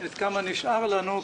כמה נשאר לנו,